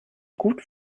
gut